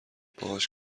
باهاش